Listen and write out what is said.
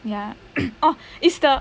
ya oh is the